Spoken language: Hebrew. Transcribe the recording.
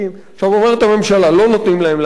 אומרת הממשלה: לא נותנים להם לעבוד,